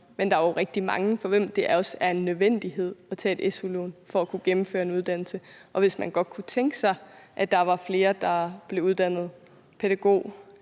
Men der er jo rigtig mange, for hvem det også er en nødvendighed at tage et su-lån for at kunne gennemføre en uddannelse, og hvis vi godt kunne tænke os, at der var flere, der blev uddannet pædagog,